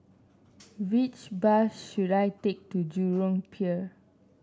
which bus should I take to Jurong Pier